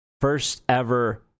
first-ever